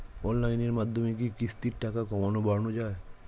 অনলাইনের মাধ্যমে কি কিস্তির টাকা কমানো বাড়ানো যায়?